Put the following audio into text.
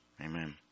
Amen